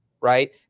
Right